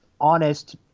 honest